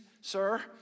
sir